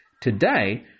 today